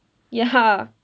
ya